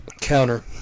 counter